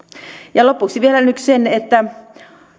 ja lopuksi vielä nyt se että